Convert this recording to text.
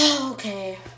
Okay